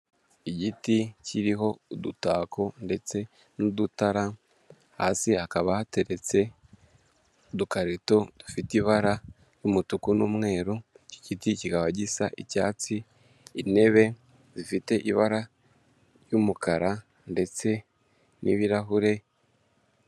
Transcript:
Igiti kiriho udutako ndetse n'udutara, hasi hakaba hateretse udukarito dufite ibara ry'umutuku n'umweru, icyo giti kikaba gisa icyatsi, intebe zifite ibara ry'umukara ndetse n'ibirahure.